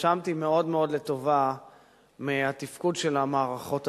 שהתרשמתי מאוד מאוד לטובה מהתפקוד של המערכות השונות.